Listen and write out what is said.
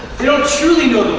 don't truly know the